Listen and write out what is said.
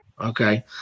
okay